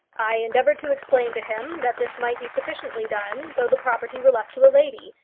i endeavoured to explain to him that this might be sufficiently done though the property were left to a lady,